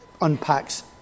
unpacks